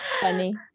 funny